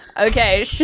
Okay